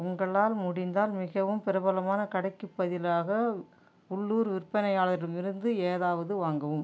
உங்களால் முடிந்தால் மிகவும் பிரபலமான கடைக்கு பதிலாக உள்ளூர் விற்பனையாளரிடமிருந்து ஏதாவது வாங்கவும்